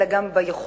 אלא גם ביכולת,